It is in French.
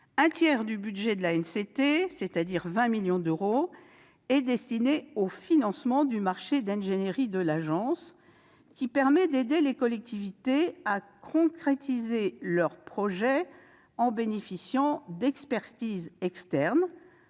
Un tiers du budget de l'ANCT, soit 20 millions d'euros, est destiné au financement du marché d'ingénierie de l'ANCT, qui permet d'aider les collectivités à concrétiser leurs projets en bénéficiant d'expertises externes